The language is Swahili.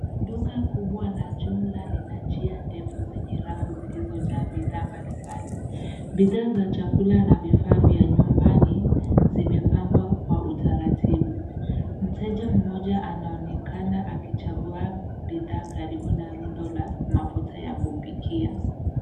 Duka kubwa la jumla lina njia ndefu zenye rafu zilizojaa bidhaa mbalimbali. Bidhaa za chakula na vifaa vya nyumbani zimepangwa kwa utaratibu. Mteja mmoja anaonekana akichagua bidhaa karibu na rundo la mafuta ya kupikia.